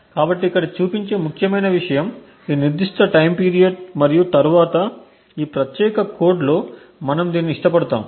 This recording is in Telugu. కాబట్టి ఇక్కడ చూపించే ముఖ్యమైన విషయం ఈ నిర్దిష్ట టైమ్ పీరియడ్ మరియు తరువాత ఈ ప్రత్యేక కోడ్లో మనము దీన్ని ఇష్టపడతాము